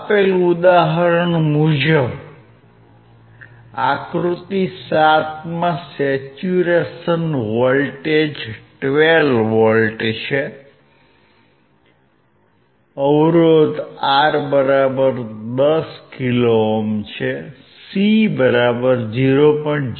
આપેલ ઉદાહરણ મુજબ આકૃતિ 7 માં સેચ્યુરેશન વોલ્ટેજ 12V છે અવરોધ R10k ohm C0